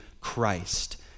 Christ